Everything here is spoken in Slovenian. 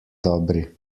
dobri